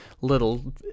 little